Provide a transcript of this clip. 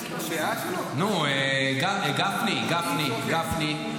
נו, גפני, גפני.